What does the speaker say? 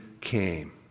came